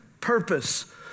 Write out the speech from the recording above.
purpose